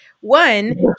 One